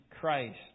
Christ